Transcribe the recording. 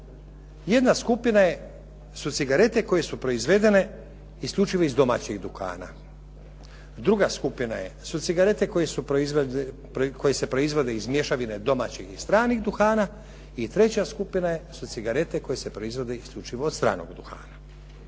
Jedna skupina su cigarete koje su proizvedene isključivo iz domaćih duhana. Druga skupina su cigarete koje se proizvode iz mješavine domaćih i stranih duhana i treća skupina su cigarete koje se proizvode isključivo iz stranog duhana.